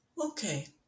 Okay